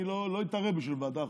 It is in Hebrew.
אני לא אתערב בשביל ועדה.